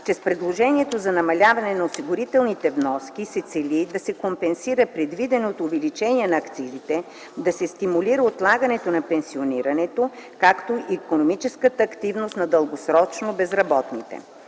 че с предложението за намаляване на осигурителните вноски се цели да се компенсира предвиденото увеличение на акцизите, да се стимулира отлагането на пенсионирането, както и икономическата активност на дългосрочно безработните.